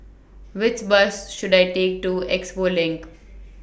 Which Bus should I Take to Expo LINK